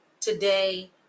today